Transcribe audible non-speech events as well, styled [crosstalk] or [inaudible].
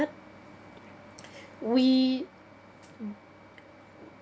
[breath] we